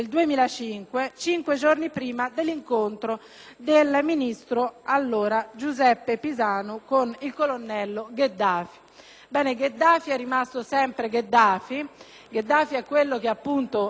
ministro Giuseppe Pisanu con il colonnello Gheddafi;